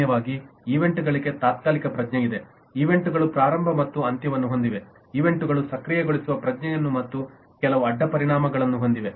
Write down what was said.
ಸಾಮಾನ್ಯವಾಗಿ ಈವೆಂಟ್ಗಳಿಗೆ ತಾತ್ಕಾಲಿಕ ಪ್ರಜ್ಞೆ ಇದೆ ಈವೆಂಟ್ಗಳು ಪ್ರಾರಂಭ ಮತ್ತು ಅಂತ್ಯವನ್ನು ಹೊಂದಿವೆ ಈವೆಂಟ್ ಗಳು ಸಕ್ರಿಯಗೊಳಿಸುವ ಪ್ರಜ್ಞೆಯನ್ನು ಮತ್ತು ಕೆಲವು ಅಡ್ಡಪರಿಣಾಮಗಳನ್ನು ಹೊಂದಿವೆ